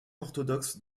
orthodoxe